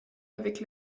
avec